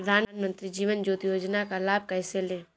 प्रधानमंत्री जीवन ज्योति योजना का लाभ कैसे लें?